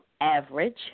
average